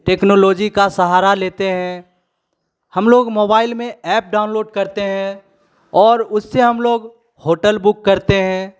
technology का सहारा लेते हैं हम लोग मोबाइल में ऐप डाउनलोड करते हैं और उससे हम लोग होटल बुक करते हैं